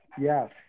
yes